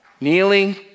kneeling